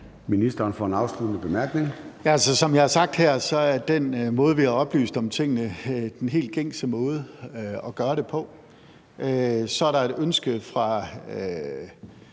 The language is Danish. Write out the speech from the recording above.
Finansministeren (Nicolai Wammen): Som jeg har sagt her, er den måde, vi har oplyst om tingene på, den helt gængse måde at gøre det på. Så er der et ønske fra